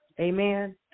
Amen